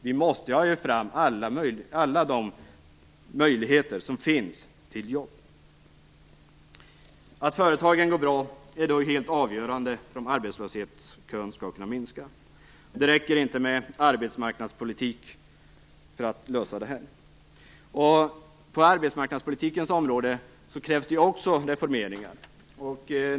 Vi måste ha fram alla de möjligheter till jobb som finns. Att företagen går bra är helt avgörande för om arbetslöshetskön skall kunna minska. Det räcker inte med arbetsmarknadspolitik för att lösa det här problemet. På arbetsmarknadspolitikens område krävs också reformeringar.